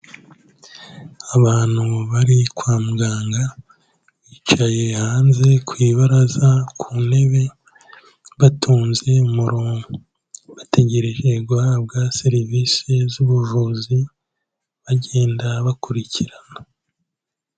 Abantu bari kwa muganga bicaye hanze ku ibaraza ku ntebe, batonze umurongo, bategereje guhabwa serivisi z'ubuvuzi bagenda bakurikirana.